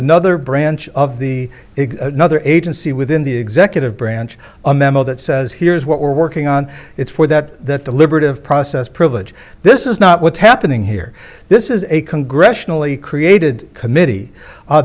another branch of the ig nother agency within the executive branch a memo that says here's what we're working on it's for that deliberative process privilege this is not what's happening here this is a congressionally created committee